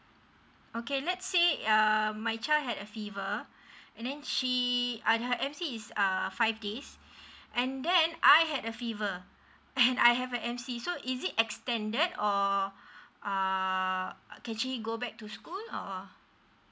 okay let's say um my child had a fever and then she and her M_C is uh five days and then I had a fever and I have a M_C so is it extended or uh can she she go back to school or